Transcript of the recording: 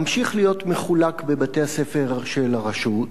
ממשיך להיות מחולק בבתי-הספר של הרשות,